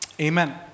Amen